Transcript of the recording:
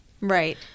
Right